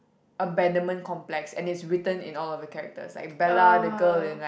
abandonment complex and it's written in all of characters like Bella the girl is like